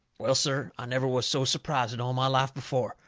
well, sir, i never was so surprised in all my life before.